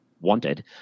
wanted